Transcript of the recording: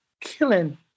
killing